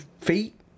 feet